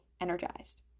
energized